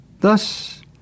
Thus